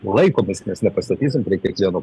laikomės nes nepastatysim prie kiekvieno